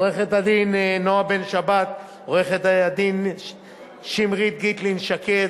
עו"ד נועה בן-שבת, עו"ד שמרית גיטלין-שקד,